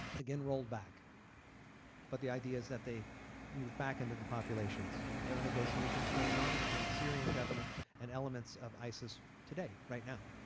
again rolled back but the idea is that they move back into the populations. there are negotiations going on between the syrian government and elements of isis today right now.